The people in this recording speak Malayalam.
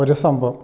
ഒരു സംഭവം